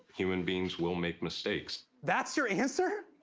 human beings will make mistakes. that's your answer.